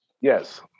yes